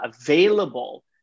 available